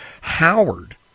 Howard